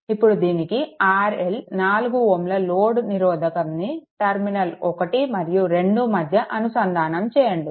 ఇప్పుడు దీనికి RL 4 Ω load నిరోధకంని టర్మినల్ 1 మరియు 2 మధ్య అనుసంధానం చేయండి